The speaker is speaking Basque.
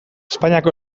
espainiako